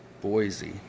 Boise